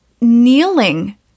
kneeling